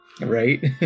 right